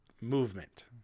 movement